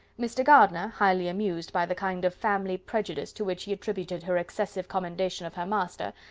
mr. gardiner, highly amused by the kind of family prejudice to which he attributed her excessive commendation of her master,